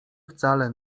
wcale